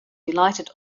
delighted